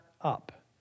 up